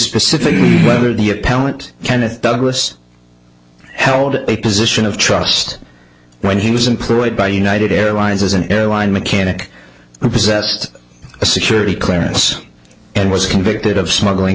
specific whether the appellant kenneth douglas held a position of trust when he was employed by united airlines as an airline mechanic who possessed a security clearance and was convicted of smuggling